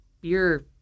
beer